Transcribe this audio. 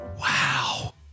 Wow